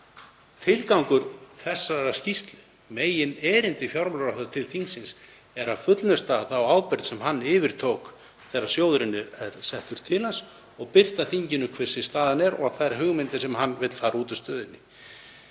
Megintilgangur þessarar skýrslu, meginerindi fjármálaráðherra til þingsins, er að fullnusta þá ábyrgð sem hann yfirtók þegar sjóðurinn var settur til hans og birta þinginu hver staðan er og þær hugmyndir sem hann hefur til að fara út úr stöðunni.